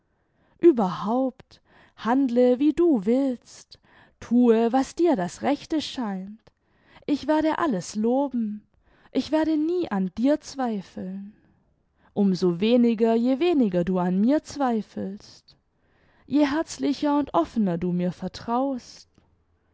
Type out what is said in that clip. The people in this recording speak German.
ueberhaupt handle wie du willst thue was dir das rechte scheint ich werde alles loben ich werde nie an dir zweifeln um so weniger je weniger du an mir zweifelst je herzlicher und offener du mir vertraust